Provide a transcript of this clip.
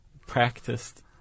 practiced